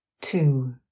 two